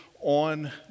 on